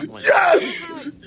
Yes